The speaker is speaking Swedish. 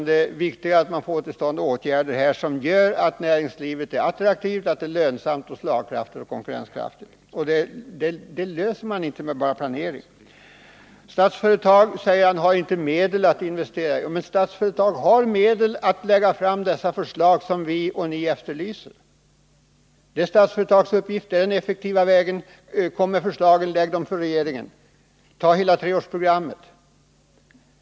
Det är viktigare att få till stånd åtgärder som gör att näringslivet blir attraktivt, lönsamt och konkurrenskraftigt. Ingvar Svanberg säger att Statsföretag inte har medel för att investera. Men jag hävdar att Statsföretag ändå har medel för att lägga fram det förslag som både ni och vi efterlyser. Det är Statsföretags uppgift, och dessa förslag kan läggas fram för regeringen. Det kan ske även med ett treårsprogram!